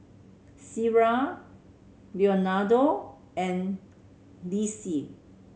Sierra Leonardo and Lisle